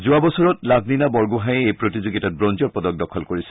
যোৱা বছৰত লাভলিনা বৰগোহাইয়ে এই প্ৰতিযোগিতাত ব্ৰঞ্জৰ পদক দখল কৰিছিল